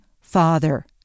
Father